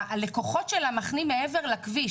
הלקוחות שלה מחנים מעבר לכביש.